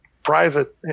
Private